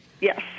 Yes